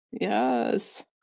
yes